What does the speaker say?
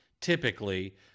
typically